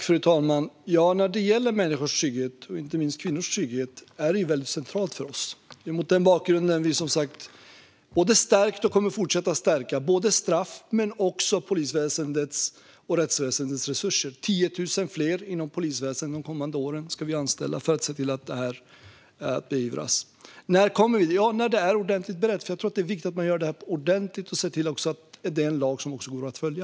Fru talman! Människors trygghet, inte minst kvinnors trygghet, är central för oss. Det är mot den bakgrunden vi har skärpt straff och stärkt polisväsendets och rättsväsendets resurser och kommer att fortsätta göra det. Vi ska anställa 10 000 fler inom polisväsendet de kommande åren för att se till att det här beivras. När kommer då detta? Det kommer när det är ordentligt berett. Jag tror att det är viktigt att man gör det här ordentligt och ser till att det är en lag som går att följa.